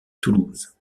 toulouse